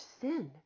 sin